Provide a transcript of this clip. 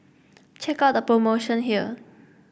check out the promotion here